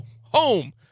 home